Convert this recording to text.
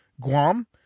Guam